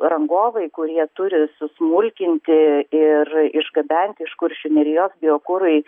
rangovai kurie turi susmulkinti ir išgabenti iš kuršių nerijos biokurui